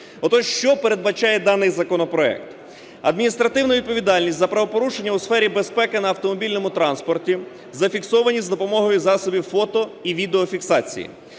Отож що передбачає даний законопроект? Адміністративну відповідальність за правопорушення у сфері безпеки на автомобільному транспорті, зафіксовані за допомогою засобів фото- і відеофіксації;